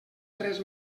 tres